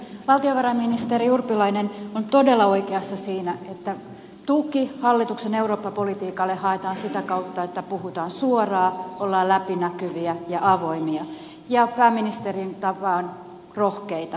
valtiovarainministeri urpilainen on todella oikeassa siinä että tuki hallituksen eurooppa politiikalle haetaan sitä kautta että puhutaan suoraan ollaan läpinäkyviä ja avoimia ja pääministerin tapaan rohkeita